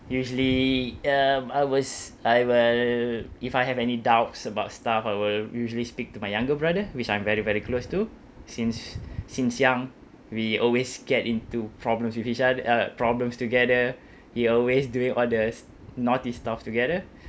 usually um I was I will if I have any doubts about stuff I will usually speak to my younger brother which I'm very very close to since since young we always get into problems with each ot~ uh problems together we always doing all the naughty stuff together